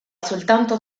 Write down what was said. soltanto